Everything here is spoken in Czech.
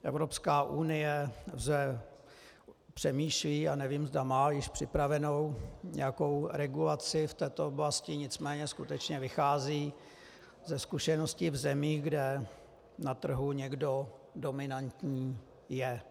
Evropská unie přemýšlí, a nevím, zda má již připravenou nějakou regulaci v této oblasti, nicméně skutečně vychází ze zkušeností v zemích, kde na trhu někdo dominantní je.